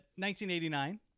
1989